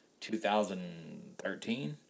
2013